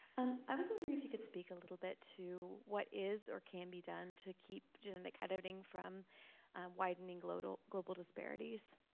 and i was wondering if you could speak a little bit to what is or can be done to keep genetic editing from widening global global disparities.